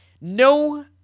No